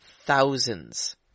thousands